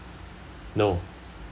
no